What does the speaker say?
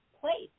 place